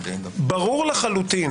ברור לחלוטין,